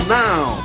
now